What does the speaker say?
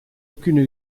aucune